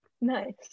nice